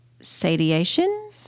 satiation